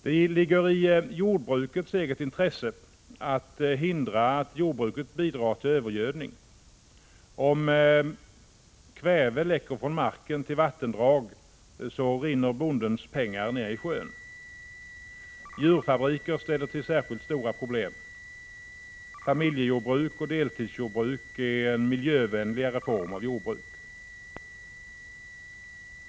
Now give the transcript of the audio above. Det ligger i jordbrukets eget intresse att hindra att jordbruket bidrar till övergödning. Om kväve läcker från marken till vattendragen rinner bondens pengar nerisjön. Djurfabriker ställer till särskilt stora problem. Familjejordbruk och deltidsjordbruk är en miljövänligare form av jordbruk.